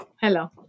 hello